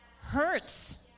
Hurts